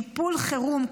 טיפול חירום,